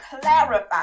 clarify